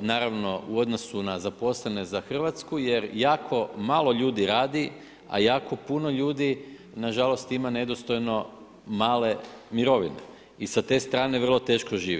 naravno u odnosu na zaposlene za Hrvatsku jer jako malo ljudi radi, a jako puno ljudi nažalost ima nedostojno male mirovine i sa te strane vrlo teško žive.